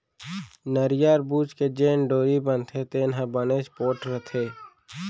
नरियर बूच के जेन डोरी बनथे तेन ह बनेच पोठ रथे